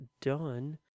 done